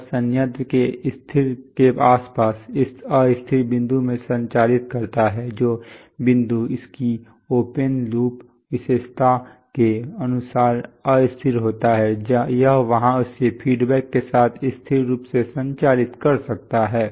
यह संयंत्र को स्थिर के आसपास अस्थिर बिंदु में संचालित करता है जो बिंदु इसकी ओपन लूप विशेषता के अनुसार अस्थिर होता है यह वहां इसे फीडबैक के साथ स्थिर रूप से संचालित कर सकता है